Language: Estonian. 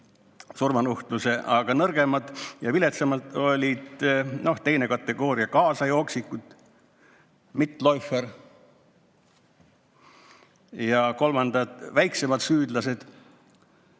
surmanuhtluse, aga nõrgemad ja viletsamad olid teine kategooria, kaasajooksikud –Mitläufer, ja kolmandad, väiksemad süüdlased